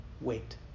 Wait